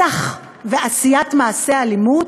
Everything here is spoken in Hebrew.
מתח ועשיית מעשי אלימות?